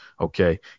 Okay